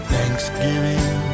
Thanksgiving